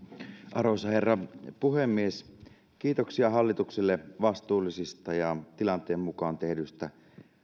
arvoisa herra puhemies kiitoksia hallitukselle vastuullisista ja tilanteen mukaan tehdyistä